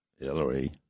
Hillary